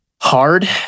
Hard